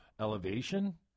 elevation